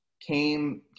came